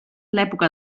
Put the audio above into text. l’època